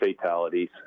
fatalities